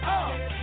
up